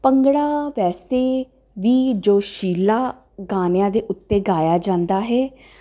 ਭੰਗੜਾ ਵੈਸੇ ਵੀ ਜੋਸ਼ੀਲਾ ਗਾਨਿਆਂ ਦੇ ਉੱਤੇ ਗਾਇਆ ਜਾਂਦਾ ਹੈ